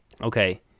Okay